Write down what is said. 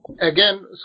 again